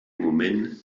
moment